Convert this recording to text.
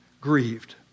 grieved